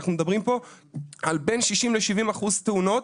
אנחנו מדברים פה על בין 60 ל-70 אחוז תאונות,